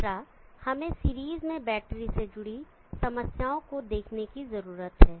तीसरा हमें सीरीज में बैटरी से जुड़ी समस्याओं को देखने की जरूरत है